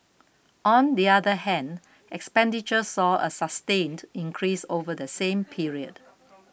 on the other hand expenditure saw a sustained increase over the same period